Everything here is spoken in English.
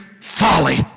folly